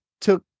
took